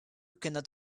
cannot